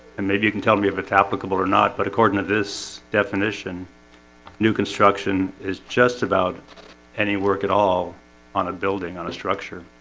and maybe you can tell me if it's applicable or not. but according to this definition new construction is just about any work at all on a building on a structure